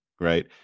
right